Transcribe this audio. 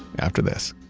after this